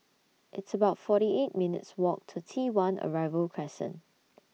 It's about forty eight minutes' Walk to T one Arrival Crescent